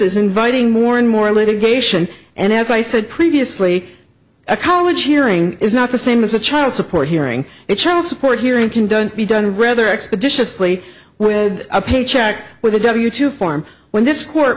is inviting more and more litigation and as i said previously a college hearing is not the same as a child support hearing it child support hearing can don't be done rather expeditiously with a paycheck with a w two form when this court